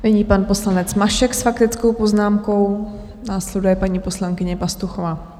Nyní pan poslanec Mašek s faktickou poznámkou, následuje paní poslankyně Pastuchová.